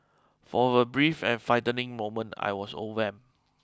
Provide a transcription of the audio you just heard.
for a brief and frightening moment I was overwhelmed